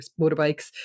motorbikes